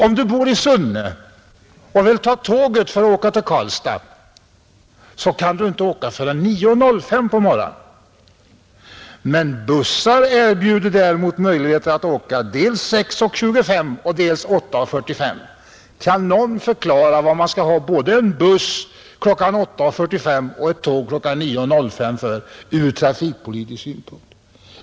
Om du bor i Sunne och vill ta tåget för att åka till Karlstad, kan du inte åka förrän kl. 9.05 på morgonen, men bussar erbjuder möjlighet att åka dels kl. 6.25 och dels kl. 8.45. Kan någon förklara varför man skall ha både en buss kl, 8.45 och ett tåg kl. 9.05 ur trafikpolitisk synpunkt?